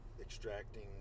extracting